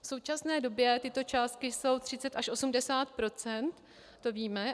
V současné době tyto částky jsou 3080 %, to víme.